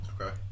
Okay